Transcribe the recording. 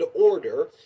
order